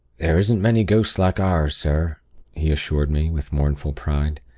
there isn't many ghosts like ours, sir he assured me, with mournful pride.